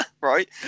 Right